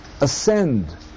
ascend